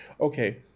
okay